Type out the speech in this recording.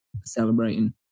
celebrating